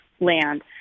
land